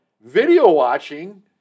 video-watching